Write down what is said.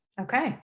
Okay